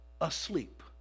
asleep